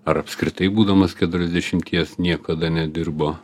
ar apskritai būdamas keturiasdešimties niekada nedirbo